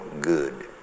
good